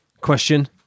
question